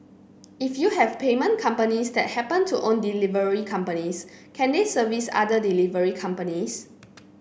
if you have payment companies that happen to own delivery companies can they service other delivery companies